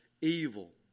evil